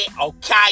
okay